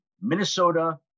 Minnesota